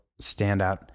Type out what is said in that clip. standout